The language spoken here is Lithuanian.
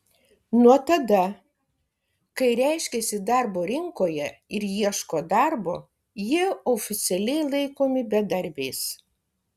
nuo tada kai reiškiasi darbo rinkoje ir ieško darbo jie oficialiai laikomi bedarbiais